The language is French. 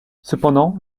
cependant